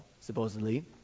supposedly